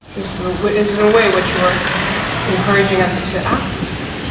is what is, in a way, what you're encouraging us to ask.